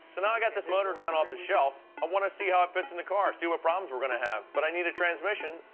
and i i got this motor down off the shelf, i wanna see how it fits in the car, see what problems we're gonna have. but i need a transmission.